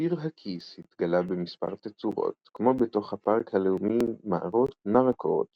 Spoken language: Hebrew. טפיר הכיס התגלה במספר תצורות כמו בתוך הפארק הלאומי מערות נרקורט